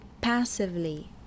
passively